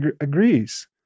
agrees